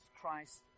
Christ